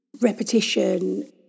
repetition